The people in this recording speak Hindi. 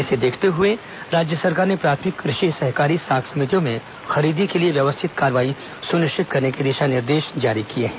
इसे देखते हुए राज्य सरकार ने प्राथमिक कृषि सहकारी साख समितियों में खरीदी के लिए व्यवस्थित कार्रवाई सुनिश्चित करने के दिशा निर्देश जारी किए हैं